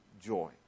joy